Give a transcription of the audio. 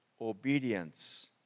obedience